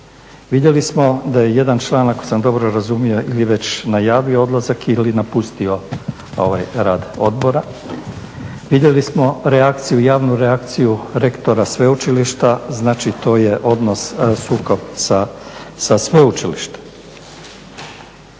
Vidjeli smo da je jedan članak ako sam dobro razumio ili već najavio odlazak ili napustio ovaj rad Odbora. Vidjeli smo javnu reakciju rektora sveučilišta, znači to je odnos sukob sa sveučilištem.